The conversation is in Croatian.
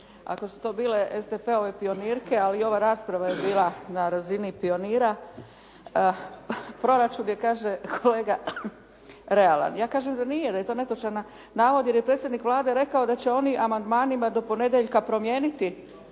Ako su te bile SDP-ove pionirke, ali i ova rasprava je bila na razini pionira. Proračun je kaže kolega realan. Ja kažem da nije, da je to netočan navod, jer je predsjednik Vlade rekao da će oni amandmanima do ponedjeljka promijeniti